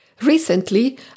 Recently